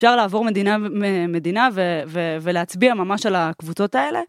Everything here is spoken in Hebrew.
אפשר לעבור מדינה ו... מדינה ו... ו... ולהצביע ממש על הקבוצות האלה.